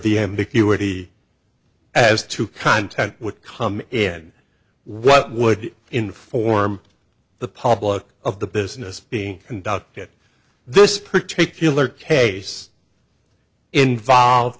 the ambiguity as to content would come in what would inform the public of the business being conducted this particular case involved